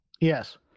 Yes